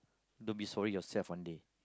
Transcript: to be sorry yourself one day